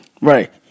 right